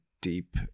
deep